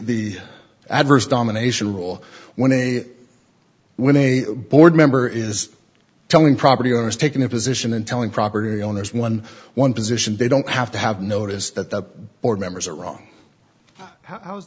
the adverse domination rule when a when a board member is telling property owners taking a position and telling property owners one one position they don't have to have noticed that the board members are wrong how